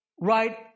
right